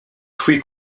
twój